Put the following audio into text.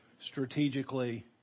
Strategically